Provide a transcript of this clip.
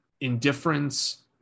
indifference